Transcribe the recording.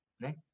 right